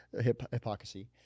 hypocrisy